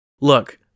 look